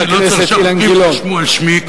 אני לא צריך שהחוקים יירשמו על שמי.